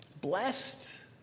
Blessed